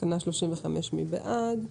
תקנה 35, מי בעד?